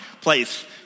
place